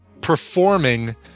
performing